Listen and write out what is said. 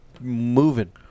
moving